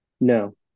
No